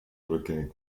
rückgängig